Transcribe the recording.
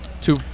Two